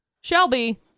Shelby